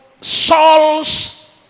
Saul's